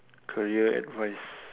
career advice